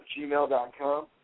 gmail.com